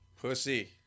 Pussy